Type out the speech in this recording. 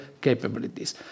capabilities